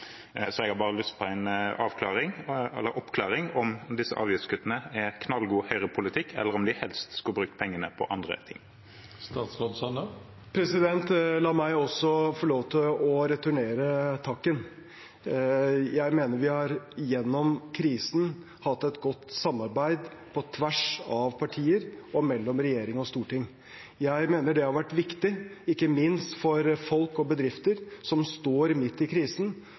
Så jeg har bare lyst til å få en oppklaring om disse avgiftskuttene er knallgod Høyre-politikk, eller om de helst skulle brukt pengene på andre ting. La meg få returnere takken. Jeg mener vi gjennom krisen har hatt et godt samarbeid på tvers av partier og mellom regjering og storting. Jeg mener det har vært viktig, ikke minst for folk og bedrifter som står midt i krisen.